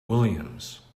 williams